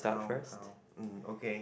count count hmm okay